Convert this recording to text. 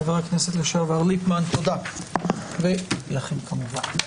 תודה חבר הכנסת לשעבר ליפמן ותודה לכם כמובן.